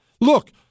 Look